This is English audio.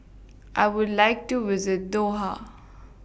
I Would like to visit Doha